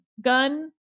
gun